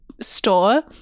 store